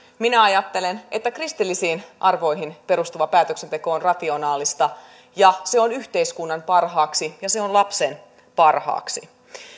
minä ajattelen että kristillisiin arvoihin perustuva päätöksenteko on rationaalista ja se on yhteiskunnan parhaaksi ja se on lapsen parhaaksi